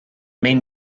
main